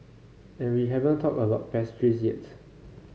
and we haven't talked about pastries yet